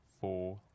four